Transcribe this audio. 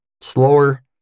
slower